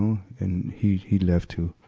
um and he, he left, too.